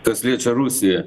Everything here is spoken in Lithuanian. kas liečia rusiją